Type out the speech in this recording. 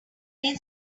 lay